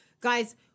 guys